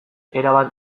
erabat